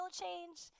change